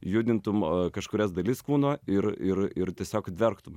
judintum kažkurias dalis kūno ir ir ir tiesiog verktum